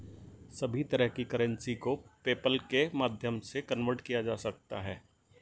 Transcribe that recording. सभी तरह की करेंसी को पेपल्के माध्यम से कन्वर्ट किया जा सकता है